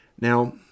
Now